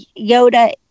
yoda